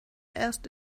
erst